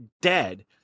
dead